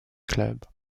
club